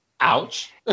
Ouch